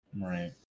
Right